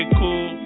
cool